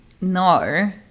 no